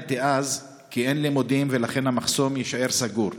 נעניתי אז כי אין לימודים ולכן המחסום יישאר סגור.